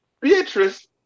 Beatrice